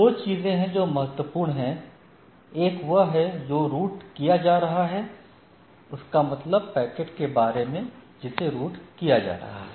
दो चीजें हैं जो महत्वपूर्ण हैं एक वह है जो रूट किया जा रहा है उसका मतलब पैकेट के बारे में है जिसे रूट किया जा रहा है